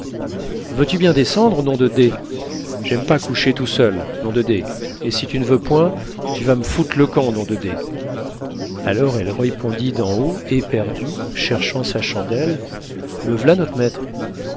veux-tu bien descendre nom de d j'aime pas coucher tout seul nom de d et si tu n'veux point tu vas me foutre le camp nom de d alors elle répondit d'en haut éperdue cherchant sa chandelle me v'là not maître